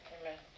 Amen